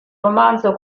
romanzo